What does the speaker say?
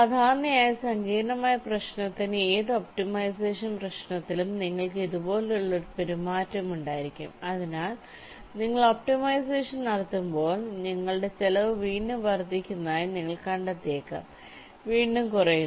സാധാരണയായി സങ്കീർണ്ണമായ പ്രശ്നത്തിന് ഏത് ഒപ്റ്റിമൈസേഷൻ പ്രശ്നത്തിലും നിങ്ങൾക്ക് ഇതുപോലുള്ള ഒരു പെരുമാറ്റം ഉണ്ടായിരിക്കും അതിനാൽ നിങ്ങൾ ഒപ്റ്റിമൈസേഷൻ നടത്തുമ്പോൾ നിങ്ങളുടെ ചെലവ് വീണ്ടും വർദ്ധിക്കുന്നതായി നിങ്ങൾ കണ്ടെത്തിയേക്കാം വീണ്ടും കുറയുന്നു